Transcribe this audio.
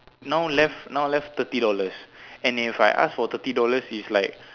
now left now left thirty dollars and if I ask for thirty dollars it's like